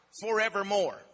forevermore